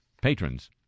patrons